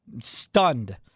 Stunned